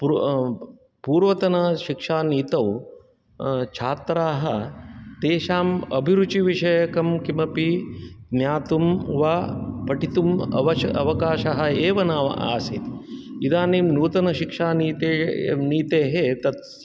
पूर अ पूर्वतनशिक्षानीतौ छात्राः तेषाम् अभिरुचिविषयकं किमपि ज्ञातुं वा पठितुम् अव अवकाशः एव न आसीत् इदानीं नूतन शिक्षा नीते नीतेः तत्